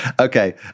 okay